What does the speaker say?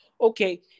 Okay